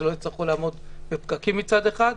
שלא יצטרכו לעמוד בפקקים מצד אחד,